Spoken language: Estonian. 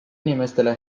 inimestele